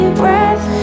breath